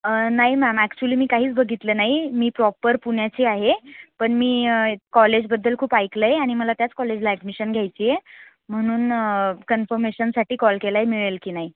नाही ma'am actually मी काहीच बघितलं नाही मी प्रॉपर पुण्याची आहे पण मी कॉलेजबद्दल खूप ऐकलं आहे आणि मला त्याच कॉलेजला ॲडमिशन घ्यायची आहे म्हणून कन्फर्मेशनसाठी कॉल केला आहे मिळेल की नाही